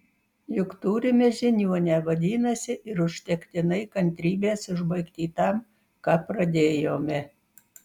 juk turime žiniuonę vadinasi ir užtektinai kantrybės užbaigti tam ką pradėjome